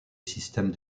système